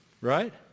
Right